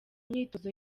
myitozo